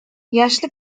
yaşlı